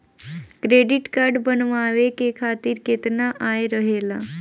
Credit card बनवाए के खातिर केतना आय रहेला?